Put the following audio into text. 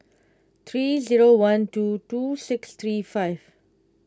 three zero one two two six three five